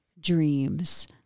dreams